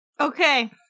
Okay